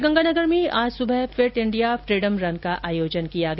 श्रीगंगानगर में आज सुबह फिट इंडिया फ्रीडम रन का आयोजन किया गया